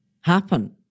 happen